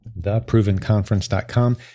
Theprovenconference.com